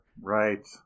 Right